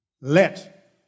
Let